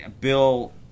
bill